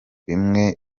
bimwe